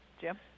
Jim